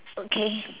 okay